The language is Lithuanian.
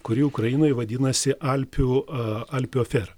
kuri ukrainoj vadinasi alpių a alpių afera